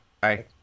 Bye